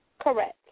Correct